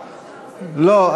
לא.